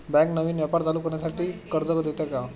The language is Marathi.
बँक नवीन व्यापार चालू करण्यासाठी कर्ज देते का?